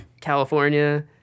California